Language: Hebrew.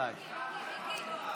ולהביא אותו בשבוע הבא.